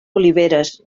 oliveres